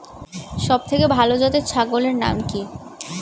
সবথেকে ভালো জাতের ছাগলের নাম কি?